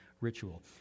ritual